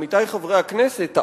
חברי חברי הכנסת,